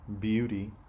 beauty